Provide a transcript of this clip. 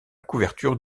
couverture